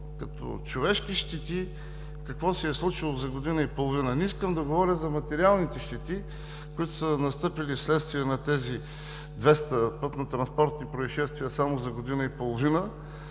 като човешки щети какво се е случило за година и половина. Не искам да говоря за материалните щети, които са настъпили вследствие на тези 200 пътнотранспортни произшествия само за година и половина.